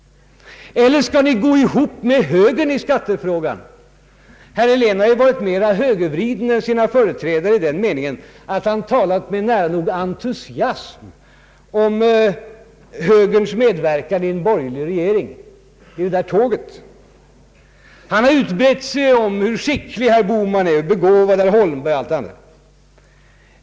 Eller skall ni gå ihop med högern i skattefrågan? Herr Helén har ju varit mera högervriden än sina företrädare i den meningen att han talat med nära nog entusiasm om högerns medverkan i en borgerlig regering, i det där tåget. Han har utbrett sig om hur skicklig herr Bohman är och hur begåvad herr Holmberg är.